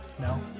no